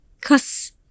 Cause